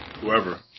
whoever